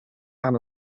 aan